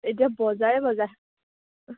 এতিয়া বজাৰে বজাৰ